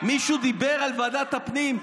מישהו דיבר על ועדת הפנים?